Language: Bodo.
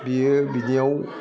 बेयो बिनियाव